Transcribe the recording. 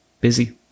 busy